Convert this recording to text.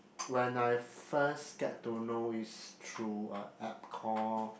when I first get to know is through a app call